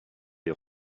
des